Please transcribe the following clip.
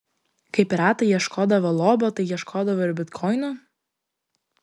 kai piratai ieškodavo lobio tai ieškodavo ir bitkoinų